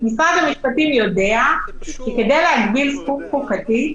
ומשרד המשפטים יודע שכדי להגביל זכות חוקתית,